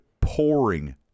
pouring